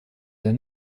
der